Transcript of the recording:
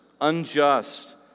unjust